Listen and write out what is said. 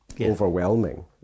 overwhelming